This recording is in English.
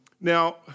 Now